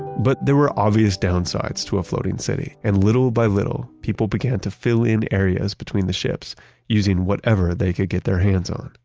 but there were obvious downsides to a floating city and, little by little, people began to fill in areas between the ships using whatever they could get their hands on.